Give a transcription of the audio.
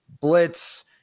blitz